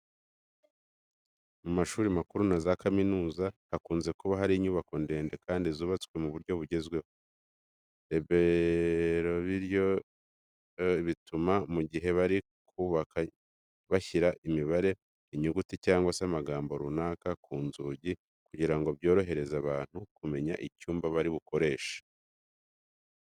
Mu mashuri makuru na za kaminuza hakunze kuba hari inyubako ndende kandi zubatswe mu buryo bugezweho. Rerobibyo bituma mu gihe bari kuzubaka bashyira imibare, inyuguti cyangwa se amagambo runaka ku nzugi kugira ngo byorohereze abantu kumenya icyumba bari bukoreshe.